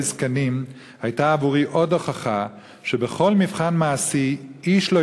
זקנים היה עבורי עוד הוכחה שבכל מבחן מעשי איש לא